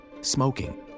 smoking